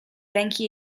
ręki